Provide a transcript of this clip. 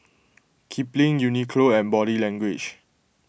Kipling Uniqlo and Body Language